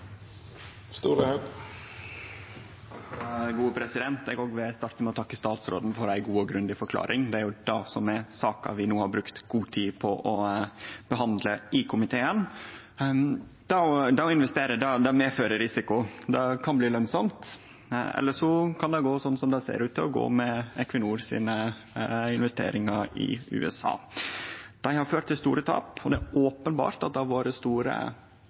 Eg vil òg starte med å takke statsråden for ei god og grundig forklaring. Det er jo det som er saka vi no har brukt god tid på å behandle i komiteen. Det å investere medfører risiko. Det kan bli lønsamt, eller det kan gå som det ser ut til å gå med Equinors investeringar i USA. Dei har ført til store tap, og det er openbert at det har vore store